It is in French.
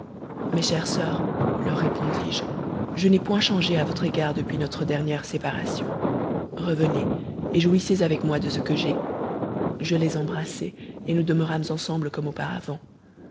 mes chères soeurs leur répondis-je je n'ai point changé à votre égard depuis notre dernière séparation revenez et jouissez avec moi de ce que j'ai je les embrassai et nous demeurâmes ensemble comme auparavant